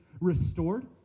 restored